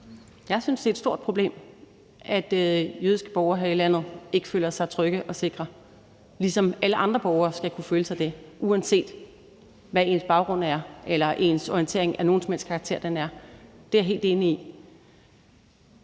Jeg synes, det er et stort problem, at jødiske borgere her i landet ikke føler sig trygge og sikre, ligesom alle andre borgere skal kunne føle sig det, uanset hvad ens baggrund eller ens orientering af nogen som helst karakter er. Det er jeg helt enig i.